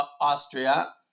Austria